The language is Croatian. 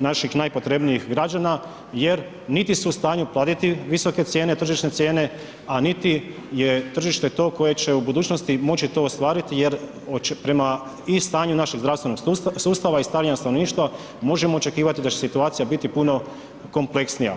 naših najpotrebnijih građana jer niti su u stanju platiti visoke cijene, tržišne cijene a niti je tržište to koje će u budućnosti moći to ostvariti jer prema i stanju našeg zdravstvenog sustava i starenju stanovništva, možemo očekivati da će situacija biti puno kompleksnija.